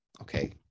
okay